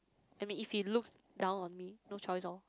I mean if he looks down on me no choice loh